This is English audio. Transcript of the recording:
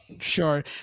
Sure